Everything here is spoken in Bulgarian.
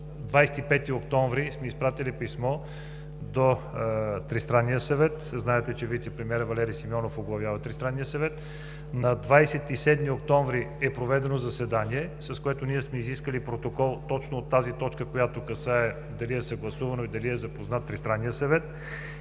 25 октомври писмо до Тристранния съвет – знаете, че вицепремиерът Валери Симеонов оглавява Тристранния съвет. На 27 октомври е проведено заседание, с което ние сме изискали протокол точно от тази точка, която касае дали е съгласувано и дали е запознат Тристранният съвет,